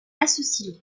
associent